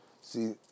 See